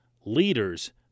leaders